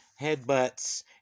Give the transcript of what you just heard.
headbutts